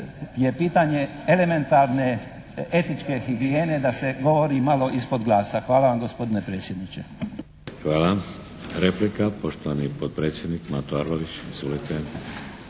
je pitanje elementarne etičke higijene da se govori malo ispod glasa. Hvala vam gospodine predsjedniče. **Šeks, Vladimir (HDZ)** Hvala. Replika, poštovani potpredsjednik Mato Arlović.